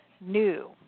new